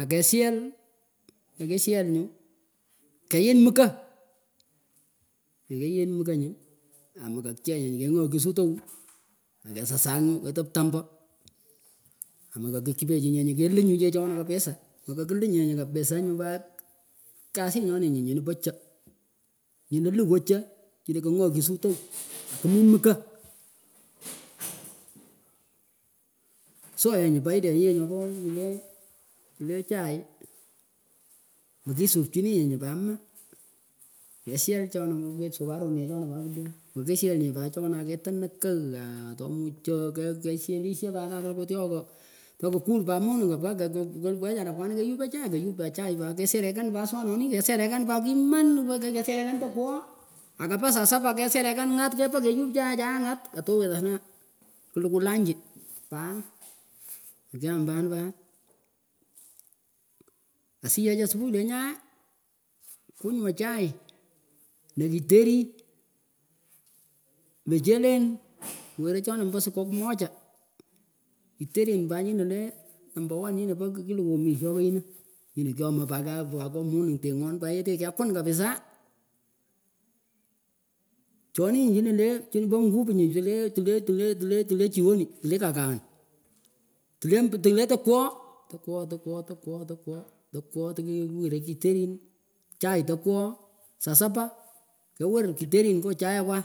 Akashell kikishel nyuh keyin mko kikiyin mko nyun ombo kachengh akengognichuh sutow akesasakh ketah ptambuh aah kakipechoh kakkuluh chechonah kapisa nyun pat kasih nyonih nyih pa chaa nyinah lawagh chaa tinah kaangwachi sutow akimih mko so yeh nyuh foidenyih yeh nyopoh nyinih le chai mah kisupchinyih nyuh pat maa keshel chonah makwit sukari nee chonah kwileh makishel nyish chonah aketah nekagh aah tomuchoh keshelishah pat keyupah chai keyup pa chai kesherekean tokwogho akepah sua saba kesherekean ngat kepah keyup chayechayeeh ngat katuwhit asnah klukugh lunchi pan kokyam pon pat asiyech asubuhi lenyayeh kunywa chai na githeri mchelen weregh chonah ombo siku moja kitherin nyih le pat number one kilukugh lunchi pan kokyam pan pat number one kilukugh mishoh kheinah nyineh kyomah pa kawh pa ngoh ngoh monung teghoh pa yeteh kekhwir kapisa chonih chineh pa nguvu tletteh jioni tleh kaghkaaghn tleh tekwoghoh tekwoghohi tekwoghoh tekwoghoh tekwoghoh tekwoghoh tiana kitheri kitherin chai tekwagha saa saba kewir kitherin ngoh chaekwoh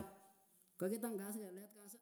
kakitagh kasik kelet kasi.